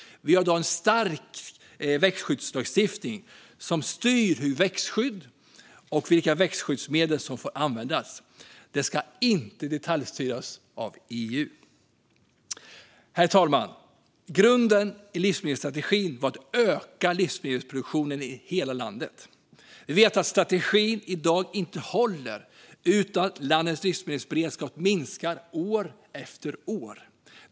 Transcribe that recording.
Vi har i dag en stark växtskyddslagstiftning som styr växtskyddet och vilka växtskyddsmedel som får användas. Det ska inte detaljstyras av EU. Herr talman! Grunden i livsmedelsstrategin var att öka livsmedelsproduktionen i hela landet. Vi vet i dag att strategin inte håller utan att landets livsmedelsberedskap minskar år efter år.